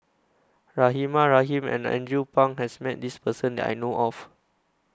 Rahimah Rahim and Andrew Phang has Met This Person that I know of